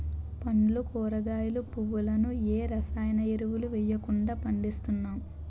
పండ్లు కూరగాయలు, పువ్వులను ఏ రసాయన ఎరువులు వెయ్యకుండా పండిస్తున్నాం